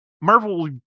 Marvel